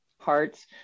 parts